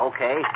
Okay